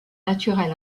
naturel